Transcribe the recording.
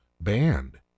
banned